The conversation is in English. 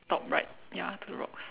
top right ya the rocks